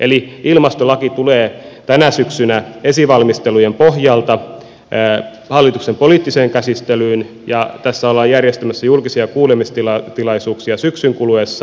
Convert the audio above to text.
eli ilmastolaki tulee tänä syksynä esivalmistelujen pohjalta hallituksen poliittiseen käsittelyyn ja tässä ollaan järjestämässä julkisia kuulemistilaisuuksia syksyn kuluessa